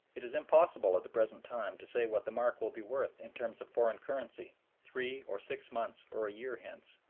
it is impossible at the present time to say what the mark will be worth in terms of foreign currency three or six months or a year hence,